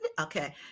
Okay